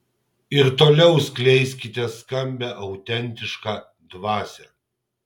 ir toliau skleiskite skambią autentišką dvasią